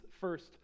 first